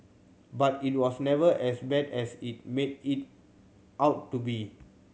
but it was never as bad as it made it out to be